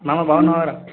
మామా బాగున్నావారా